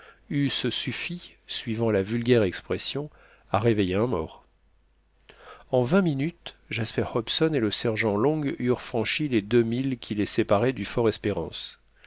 eussent suffi suivant la vulgaire expression à réveiller un mort en vingt minutes jasper hobson et le sergent long eurent franchi les deux milles qui les séparaient du